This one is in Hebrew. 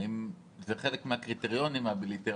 האם זה חלק מהקריטריונים הבילטרליים?